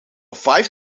five